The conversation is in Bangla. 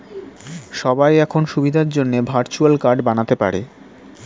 সবাই এখন সুবিধার জন্যে ভার্চুয়াল কার্ড বানাতে পারে